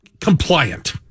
compliant